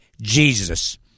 Jesus